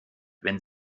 wenn